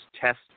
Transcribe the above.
test